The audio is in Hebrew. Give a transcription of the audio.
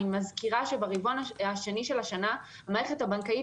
אני מזכירה שברבעון השני של השנה המערכת הבנקאית